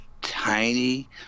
tiny